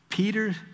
Peter